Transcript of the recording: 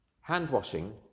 Hand-washing